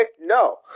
No